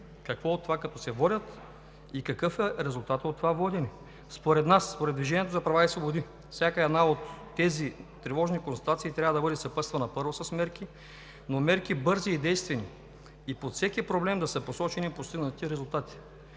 какво от това като се водят и какъв е резултатът от това водене? Според нас, според „Движението за права и свободи“, всяка една от тези тревожни констатации, трябва да бъде съпътствана, първо, с мерки, но мерки бързи и действени и под всеки проблем да са посочени постигнатите резултати.